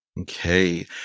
Okay